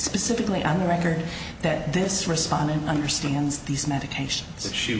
specifically on the record that this respondent understands these medications that sh